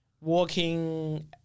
walking